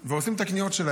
ועושים את הקניות שלהם.